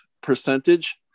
percentage